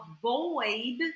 avoid